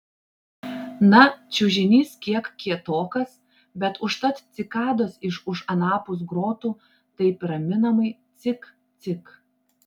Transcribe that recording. na čiužinys kiek kietokas bet užtat cikados iš už anapus grotų taip raminamai cik cik